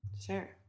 Sure